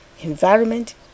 environment